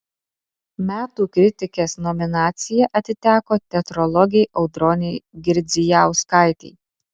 metų kritikės nominacija atiteko teatrologei audronei girdzijauskaitei